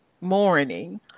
morning